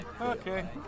Okay